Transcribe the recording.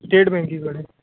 state बेंकी कडेन